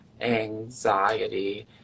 anxiety